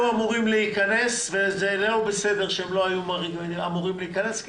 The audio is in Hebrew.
אמורים להיכנס וזה לא בסדר שהם לא היו אמורים להיכנס,